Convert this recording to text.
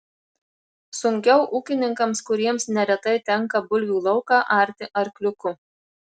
sunkiau ūkininkams kuriems neretai tenka bulvių lauką arti arkliuku